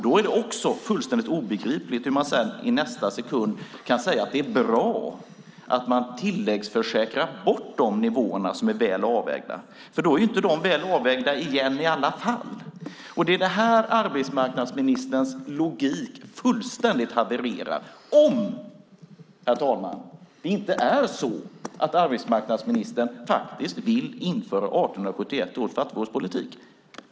Då är det också fullständigt obegripligt hur man sedan i nästa sekund kan säga att det är bra att man tilläggsförsäkrar bort de nivåerna som är väl avvägda. Då är de inte väl avvägda igen i alla fall. Det är här arbetsmarknadsministerns logik fullständigt havererar om , herr talman, det inte är så att arbetsmarknadsministern faktiskt vill införa 1871 års fattigvårdspolitik.